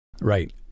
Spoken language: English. Right